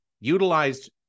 utilized